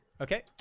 Okay